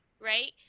right